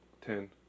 Ten